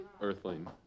Earthling